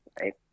Right